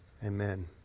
Amen